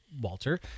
Walter